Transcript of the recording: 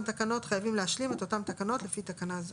תקנות חייבים להשלים את אותן חובות לפי תקנה זו.